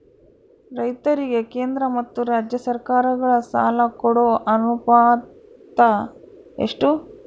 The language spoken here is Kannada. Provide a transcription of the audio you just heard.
ರೈತರಿಗೆ ಕೇಂದ್ರ ಮತ್ತು ರಾಜ್ಯ ಸರಕಾರಗಳ ಸಾಲ ಕೊಡೋ ಅನುಪಾತ ಎಷ್ಟು?